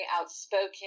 outspoken